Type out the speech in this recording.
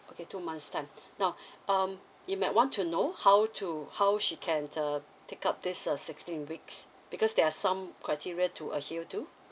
okay two months time now um you might want to know how to how she can uh take up this uh sixteen weeks because there are some criteria to adhere to